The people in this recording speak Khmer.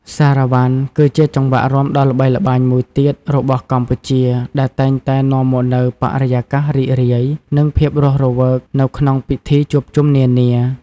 សារ៉ាវ៉ាន់ គឺជាចង្វាក់រាំដ៏ល្បីល្បាញមួយទៀតរបស់កម្ពុជា ដែលតែងតែនាំមកនូវបរិយាកាសរីករាយ និងភាពរស់រវើកនៅក្នុងពិធីជួបជុំនានា។